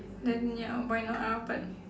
then ya why not ah but